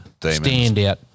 standout